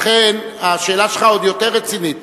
ולכן השאלה שלך עוד יותר רצינית,